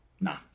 Nah